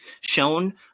shown